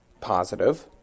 positive